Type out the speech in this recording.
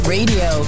Radio